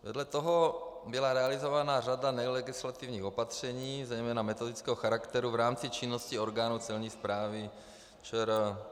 Vedle toho byla realizována řada nelegislativních opatření zejména metodického charakteru v rámci činnosti orgánů celní správy ČR.